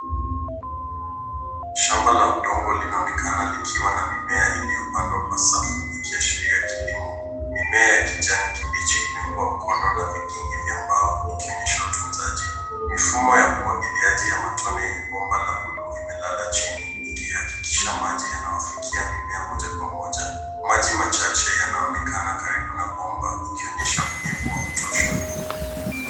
Shamba la udongo linaonekana likiwa na mimea iliyopandwa kwa safu, ikiashiria kilimo. Mimea ya kijani kibichi imeungwa mkono na vikingi vya mbao, ikionyesha utunzaji. Mifumo ya umwagiliaji ya matone yenye bomba la bluu, imelala chini ikihakikisha maji yanawafikia mimea moja kwa moja. Maji machache yanaonekana karibu na bomba, ikionyesha unyevu wa kutosha.